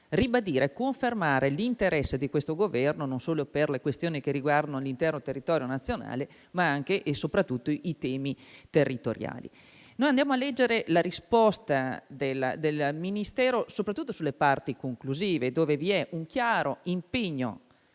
ribadire e confermare l'interesse di questo Governo, non solo per le questioni che riguardano l'intero territorio nazionale, ma anche e soprattutto i temi territoriali. Noi andiamo a leggere la risposta del Ministero, soprattutto sulle parti conclusive, dove vi è un chiaro impegno